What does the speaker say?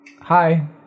hi